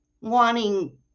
wanting